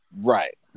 right